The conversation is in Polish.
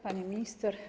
Pani Minister!